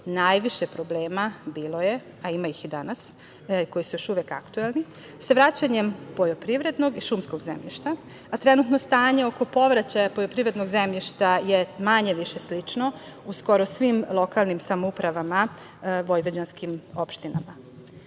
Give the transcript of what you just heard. najviše problema bilo je, a ima ih danas koji su još uvek aktuelnim sa vraćanjem poljoprivrednog i šumskog zemljišta, a trenutno stanje oko povraćaja poljoprivrednog zemljišta je manje – više slično u skoro svim lokalnim samoupravama, vojvođanskim opštinama.